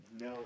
No